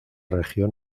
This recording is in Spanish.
región